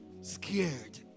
scared